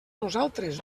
nosaltres